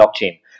blockchain